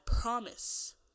promise